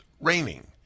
raining